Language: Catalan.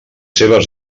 seves